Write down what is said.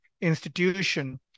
institution